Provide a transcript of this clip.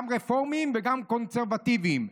גם רפורמים וגם קונסרבטיבים.